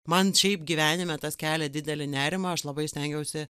man šiaip gyvenime tas kelia didelį nerimą aš labai stengiausi